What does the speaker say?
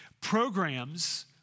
Programs